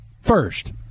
first